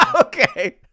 Okay